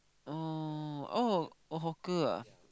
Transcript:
oh oh hawker ah